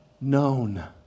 known